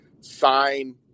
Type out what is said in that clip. sign